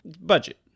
Budget